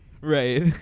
right